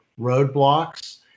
roadblocks